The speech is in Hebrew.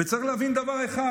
צריך להבין דבר אחד,